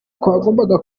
twagombaga